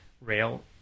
rail